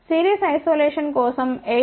series isolation కోసం 8